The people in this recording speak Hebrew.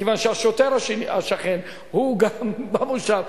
כיוון שהשוטר השכן הוא גר במושב.